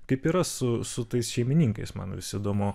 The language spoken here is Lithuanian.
kaip yra su su tais šeimininkais man visi įdomu